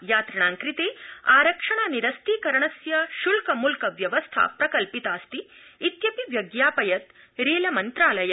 यात्रिणाम् कृते आरक्षण निरस्तीकरणस्य शुल्कमुक्त व्यवस्था प्रकल्पितास्ति इत्यपि व्यज्ञापयत् रेलमन्त्रालय